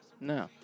No